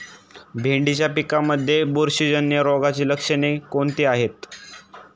भेंडीच्या पिकांमध्ये बुरशीजन्य रोगाची लक्षणे कोणती आहेत?